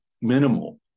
minimal